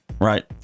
Right